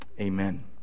Amen